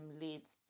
leads